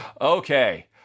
Okay